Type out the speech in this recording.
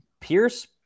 Pierce